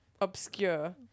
obscure